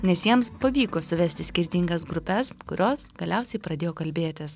nes jiems pavyko suvesti skirtingas grupes kurios galiausiai pradėjo kalbėtis